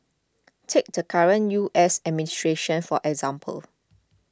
take the current U S administration for example